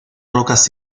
rocas